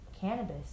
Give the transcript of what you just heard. cannabis